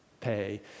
pay